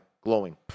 glowing